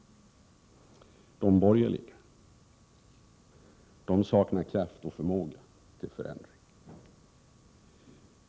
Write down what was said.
De borgerliga saknar kraft och förmåga till förändringar.